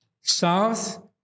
South